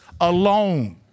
alone